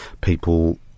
People